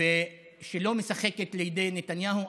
ושלא משחקת לידי נתניהו.